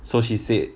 so she said